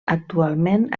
actualment